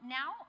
now